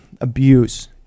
abuse